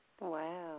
Wow